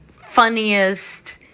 funniest